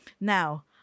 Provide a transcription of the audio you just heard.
now